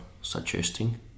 suggesting